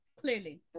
clearly